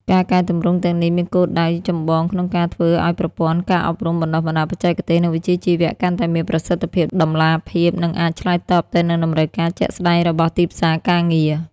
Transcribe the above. ការកែទម្រង់ទាំងនេះមានគោលដៅចម្បងក្នុងការធ្វើឱ្យប្រព័ន្ធ ការអប់រំបណ្តុះបណ្តាលបច្ចេកទេស និងវិជ្ជាជីវៈ កាន់តែមានប្រសិទ្ធភាព តម្លាភាព និងអាចឆ្លើយតបទៅនឹងតម្រូវការជាក់ស្តែងរបស់ទីផ្សារការងារ។